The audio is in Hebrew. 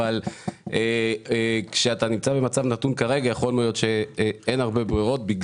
אבל כשאתה נמצא במצב נתון כרגע יכול להיות שאין הרבה ברירות.